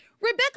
rebecca